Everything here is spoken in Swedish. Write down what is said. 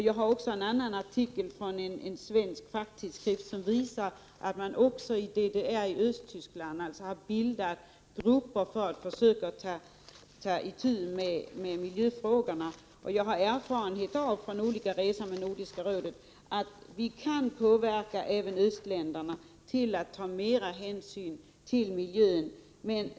Jag har även en artikel, från en svensk facktidskrift, som visar att man också i Östtyskland har bildat grupper för att försöka ta itu med miljöfrågorna. Jag har erfarenhet från olika resor med Nordiska rådet av att vi kan påverka även östländerna att ta mer hänsyn till miljön.